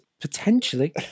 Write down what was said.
potentially